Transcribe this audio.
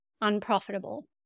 unprofitable